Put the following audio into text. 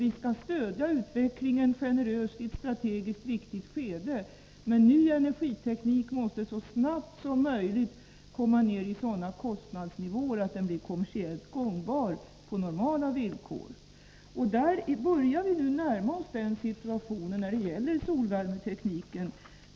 Vi skall generöst stödja utvecklingen i ett strategiskt viktigt skede, men kostnaden för ny energiteknik måste så snart som möjligt komma ner i sådana nivåer att tekniken blir kommersiellt gångbar på normala villkor. Vi börjar nu närma oss den situationen när det gäller solvärmetekniken.